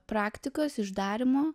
praktikos iš darymo